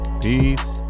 peace